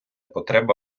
потреба